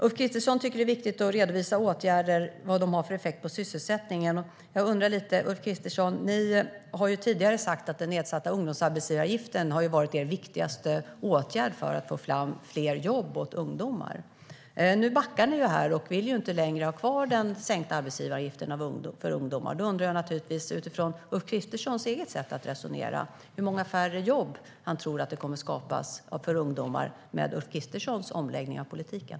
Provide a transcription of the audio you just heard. Ulf Kristersson tycker att det är viktigt att redovisa vad åtgärder har för effekt på sysselsättningen. Ni har tidigare sagt att den nedsatta ungdomsarbetsgivaravgiften har varit er viktigaste åtgärd för att få fram fler jobb åt ungdomar. Nu backar ni och vill inte längre ha kvar den sänkta arbetsgivaravgiften för ungdomar. Då undrar jag naturligtvis utifrån Ulf Kristerssons eget sätt att resonera hur många färre jobb han tror att det kommer att skapas för ungdomar med hans omläggning av politiken.